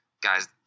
guys